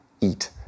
eat